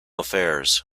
affairs